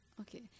Okay